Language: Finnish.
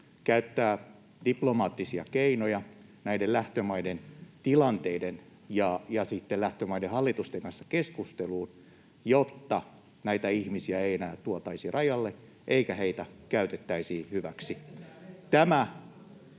käyttää diplomaattisia keinoja lähtömaiden tilanteisiin ja lähtömaiden hallitusten kanssa keskusteluun, jotta näitä ihmisiä ei enää tuotaisi rajalle eikä heitä käytettäisi hyväksi. Tämä